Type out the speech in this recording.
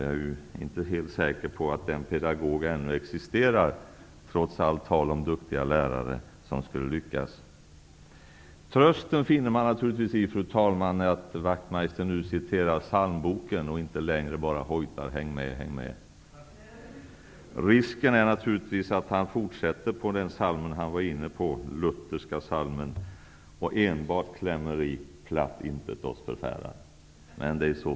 Jag är inte helt säker på att en sådan pedagog existerar, trots allt tal om duktiga lärare som skulle kunna lyckas. Fru talman! Trösten finner man naturligtvis i att Wachtmeister nu citerar psalmboken och inte längre bara hojtar: Häng mé, häng mé! Risken är naturligtvis att han fortsätter på den lutherska psalmen han var inne på tidigare och enbart klämmer i med ''Platt intet oss förfärar''.